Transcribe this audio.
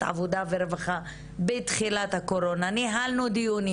העבודה והרווחה בתחילת הקורונה ניהלנו דיונים